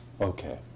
Okay